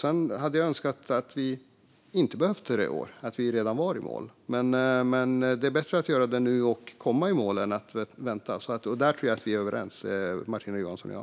Jag hade önskat att vi inte behövt tre år utan redan varit i mål, men det är bättre att göra det nu och komma i mål än att vänta. Där tror jag att vi är överens, Martina Johansson och jag.